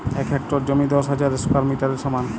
এক হেক্টর জমি দশ হাজার স্কোয়ার মিটারের সমান